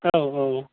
औ औ